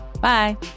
Bye